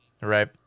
right